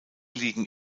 liegen